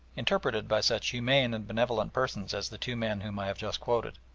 interpreted by such humane and benevolent persons as the two men whom i have just quoted.